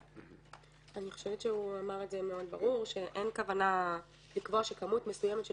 אני חושבת שהוא אמר מאוד ברור שאין כוונה לקבוע שכמות מסוימת של